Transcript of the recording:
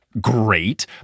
Great